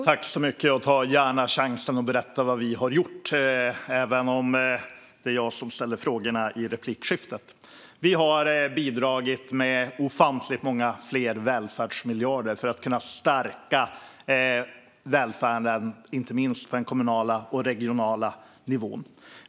Fru talman! Jag tar gärna chansen att berätta vad vi har gjort, även om det är jag som ställer frågorna i replikskiftet. Vi har bidragit med ofantligt många fler välfärdsmiljarder för att kunna stärka välfärden, inte minst på den kommunala och regionala nivån.